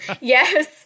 Yes